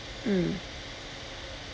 mm